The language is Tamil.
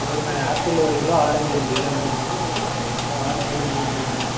சரிம்மா எனக்கு ஆப்பிளு ஒரு கிலோ ஆரஞ்சு ரெண்டு கிலோ வேணும்மா பார்த்துப்போட்டு கம்மிப்பண்ணிதாங்க